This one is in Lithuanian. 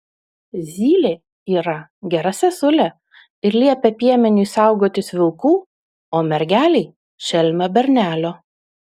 zylė yra gera sesulė ir liepia piemeniui saugotis vilkų o mergelei šelmio bernelio